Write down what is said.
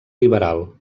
liberal